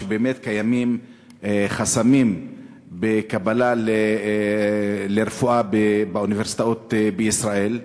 שבאמת קיימים חסמים בקבלה לרפואה באוניברסיטאות בישראל.